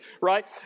right